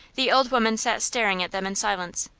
the old woman sat staring at them in silence,